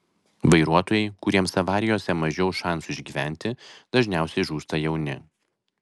vairuotojai kuriems avarijose mažiau šansų išgyventi dažniausiai žūsta jauni